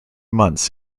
months